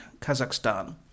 Kazakhstan